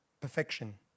Perfection